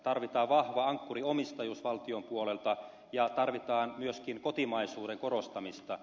tarvitaan vahva ankkuriomistajuus valtion puolelta ja tarvitaan myöskin kotimaisuuden korostamista